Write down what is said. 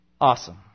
Awesome